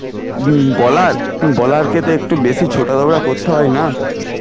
বলার বলারকে তো একটু বেশি ছোটা দৌড়া করতে হয় না